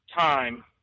Time